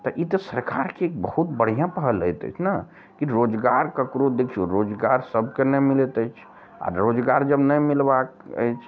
तऽ ई तऽ सरकारके एक बहुत बढ़िऑं पहल होइत अछि ने कि रोजगार ककरो देखियौ रोजगार सबके नहि मिलैत अछि आ रोजगार जब नहि मिलबाक अछि